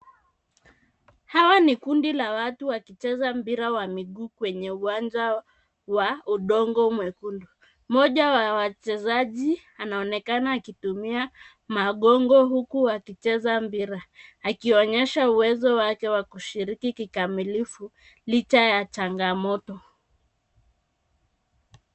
Hawa ni kundi la watu wakicheza mpira wa miguu kwenye uwanja wa udongo mwekundu. Mmoja wa wachezaji anaonekana akitumia magongo huku wakicheza mpira akionyesha uwezo wake wa kushiriki kikamilifu licha ya changamoto.